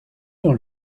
dans